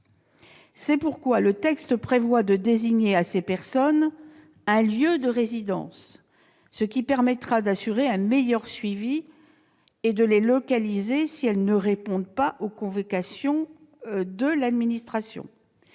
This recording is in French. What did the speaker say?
C'est pourquoi le texte prévoit de désigner aux personnes concernées un lieu de résidence, ce qui permettra d'assurer un meilleur suivi et de les localiser, si elles ne répondent pas aux convocations de l'administration.